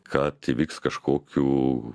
kad įvyks kažkokių